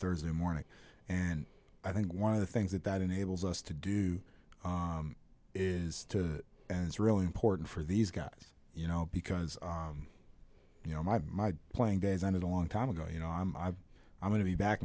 thursday morning and i think one of the things that that enables us to do is to and it's really important for these guys you know because you know my my playing days i did a long time ago you know i'm i'm going to be back